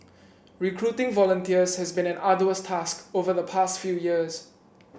recruiting volunteers has been an arduous task over the past few years